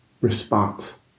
response